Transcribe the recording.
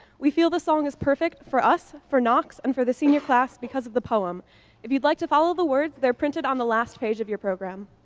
we feel the song is perfect for us, for knox, and for the senior class because of the poem if you'd like to follow the words, they're printed on the last page of your program.